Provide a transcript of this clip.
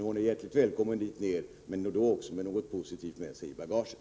Hon är hjärtligt välkommen dit ner — men då också med något positivt i bagaget.